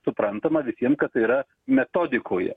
suprantama visiem kad tai yra metodikoje